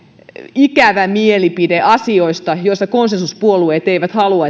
ikävää mielipidettä asioista joista konsensuspuolueet eivät halua